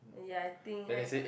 ya I think ha~